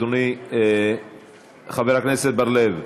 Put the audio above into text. אדוני חבר הכנסת בר-לב,